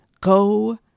Go